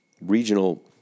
regional